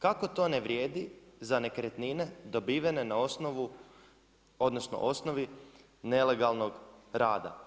Kako to ne vrijedi za nekretnine dobivene na osnovu odnosno osnovi nelegalnog rada?